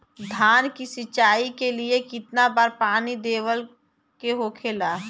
धान की सिंचाई के लिए कितना बार पानी देवल के होखेला?